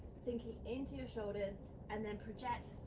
sinking into your shoulders and then project,